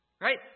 Right